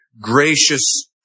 gracious